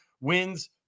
wins